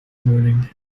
morning